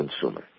consumer